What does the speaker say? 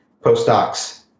postdocs